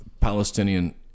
Palestinian